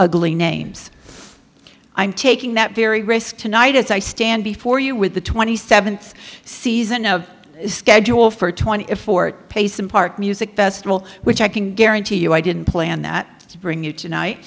ugly names i'm taking that very risk tonight as i stand before you with the twenty seventh season schedule for twenty eight fort pace impart music festival which i can guarantee you i didn't plan that to bring you tonight